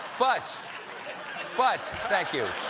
but but thank you.